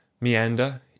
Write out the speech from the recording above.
Meander